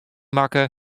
makke